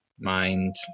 mind